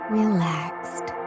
relaxed